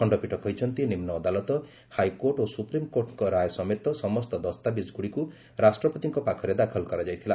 ଖଶ୍ଚପୀଠ କହିଛନ୍ତି ନିମ୍ବ ଅଦାଲତ ହାଇକୋର୍ଟ ଓ ସୁପ୍ରିମକୋର୍ଟଙ୍କ ରାୟ ସମେତ ସମସ୍ତ ଦସ୍ତାବିଜଗୁଡ଼ିକୁ ରାଷ୍ଟ୍ରପତିଙ୍କୁ ଦାଖଲ କରାଯାଇଥିଲା